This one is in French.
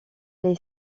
les